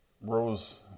rose